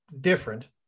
different